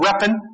weapon